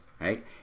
right